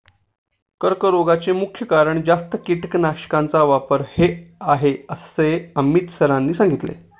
कर्करोगाचे मुख्य कारण जास्त कीटकनाशकांचा वापर हे आहे असे अमित सरांनी सांगितले